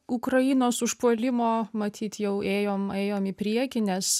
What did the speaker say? ukrainos užpuolimo matyt jau ėjom ėjom į priekį nes